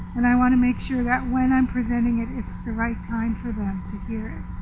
and i want to make sure that when i'm presenting it it's the right time for them to hear it.